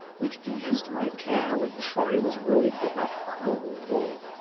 which eas'd my care when troy was ruin'd in that cruel war?